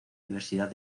diversidad